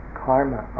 karma